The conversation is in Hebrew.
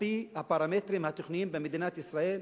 על-פי הפרמטרים התכנוניים במדינת ישראל,